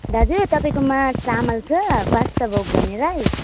दाजु तपाईँकोमा चामल छ बासाभोग भन्ने राइस